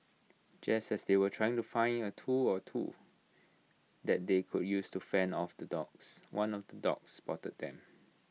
just as they were trying to finding A tool or two that they could use to fend off the dogs one of the dogs spotted them